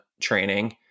training